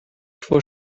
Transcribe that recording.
for